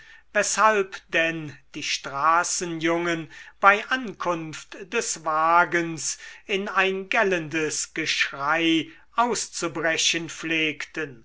weshalb denn die straßenjungen bei ankunft des wagens in ein gellendes geschrei auszubrechen pflegten